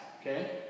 okay